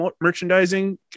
merchandising